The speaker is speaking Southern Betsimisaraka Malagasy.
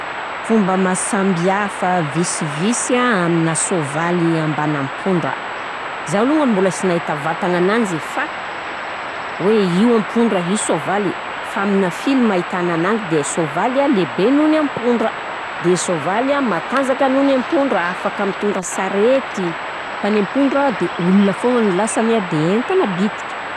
Fomba maro sambihafa visivisy an amina sôvaly amban'ampondra: zaho alongany sy mbola nahita vatagnananjy fa hoe io ampondra io sôvaly fa amina film ahitana ananjy de sôvaly an lehibe nohon'ny ampondra de sôvaly an matanjaka noho ny ampondra, afaka mitondra sarety, de ny ampondra olona foana no lasany de entana bitika.